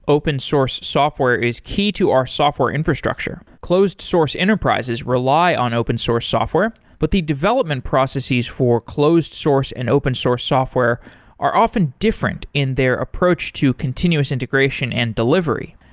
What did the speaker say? open source software is key to our software infrastructure. closed source enterprises rely on open source software, but the development processes for closed source and open source software are often different in their approach to continuous integration and delivery.